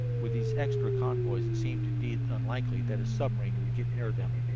with these extra convoys it seemed indeed unlikely that a submarine would get near them,